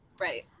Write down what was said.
right